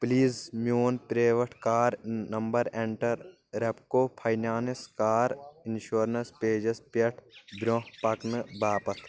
please میون private car number enter ریٚپکو finance car insurance pages پٮ۪ٹھ برٛونٛہہ پکنہٕ باپتھ